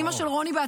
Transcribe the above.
אימא של רומי,